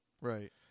Right